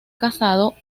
casado